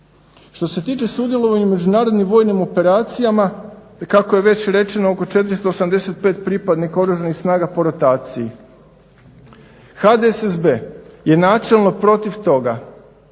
Što se tiče sudjelovanja u međunarodnim vojnim operacijama kako je već rečeno oko 485 pripadnika Oružanih snaga po rotaciji. HDSSB je načelno protiv toga